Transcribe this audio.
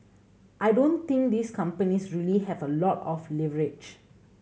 I don't think these companies really have a lot of leverage